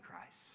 Christ